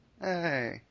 Hey